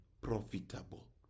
profitable